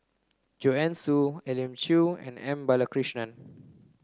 Joanne Soo Elim Chew and M Balakrishnan